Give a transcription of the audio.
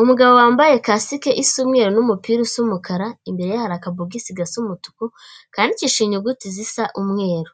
Umugabo wambaye kasike isa umweru n'umupira usa umukara, imbere ye hari akabogisi gasa umutuku, kandikishije inyuguti zisa umweru,